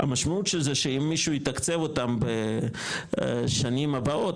המשמעות של זה שאם מישהו יתקצב אותם בשנים הבאות,